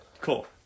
Cool